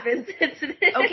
okay